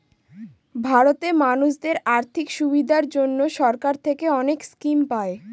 ভারতে মানুষদের আর্থিক সুবিধার জন্য সরকার থেকে অনেক স্কিম পায়